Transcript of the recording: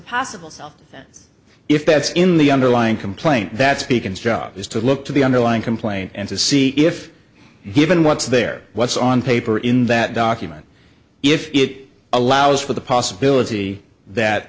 defense if that's in the underlying complaint that's beacon's job is to look to the underlying complaint and to see if given what's there what's on paper in that document if it allows for the possibility that